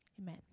Amen